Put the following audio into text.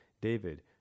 David